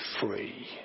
free